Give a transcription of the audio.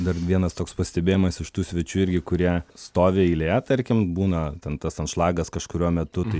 dar vienas toks pastebėjimas iš tų svečių irgi kurie stovi eilėje tarkim būna ten tas anšlagas kažkuriuo metu tai